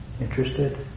interested